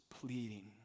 pleading